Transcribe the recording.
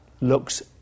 looks